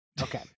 Okay